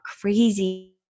crazy